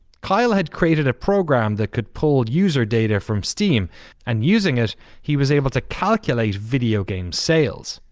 kyle had created a program that could pull user data from steam and using it he was able to calculate video game sales.